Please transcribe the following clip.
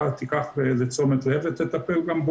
שזה דבר מצוין ונכון לעשות אותו,